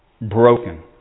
broken